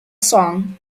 song